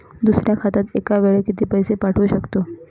दुसऱ्या खात्यात एका वेळी किती पैसे पाठवू शकतो?